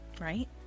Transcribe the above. right